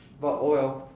but oh well